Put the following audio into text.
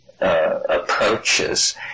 approaches